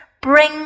bring